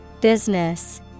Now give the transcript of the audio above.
Business